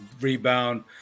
rebound